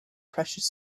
precious